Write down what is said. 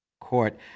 court